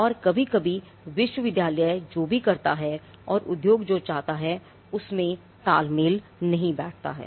और कभी कभी विश्वविद्यालय ने जो भी करता है और उद्योग जो चाहता हैउसमें तालमेल नहीं बैठता है